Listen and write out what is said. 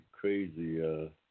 crazy